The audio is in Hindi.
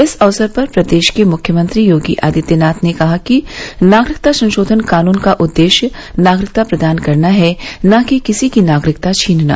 इस अवसर पर प्रदेश के मुख्यमंत्री योगी आदित्यनाथ ने कहा कि नागरिकता संशोधन कानून का उद्देश्य नागरिकता प्रदान करना है न कि किसी की नागरिकता छीनना